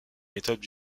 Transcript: méthodes